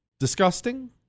Disgusting